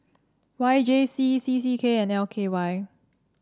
Y J C C C K and L K Y